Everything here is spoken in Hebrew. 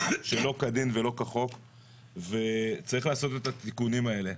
שלא כדין ולא כחוק וצריך לעשות את התיקונים האלה.